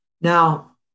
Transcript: Now